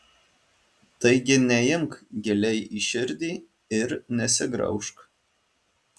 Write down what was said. taigi neimk giliai į širdį ir nesigraužk